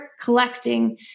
collecting